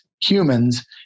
humans